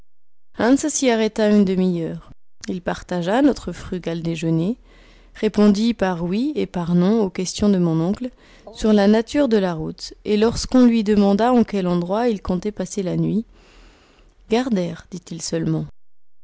hans s'y arrêta une demi-heure il partagea notre frugal déjeuner répondit par oui et par non aux questions de mon oncle sur la nature de la route et lorsqu'on lui demanda en quel endroit il comptait passer la nuit gardr dit-il seulement